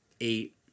eight